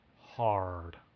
Hard